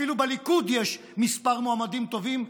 אפילו בליכוד יש כמה מועמדים טובים,